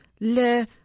le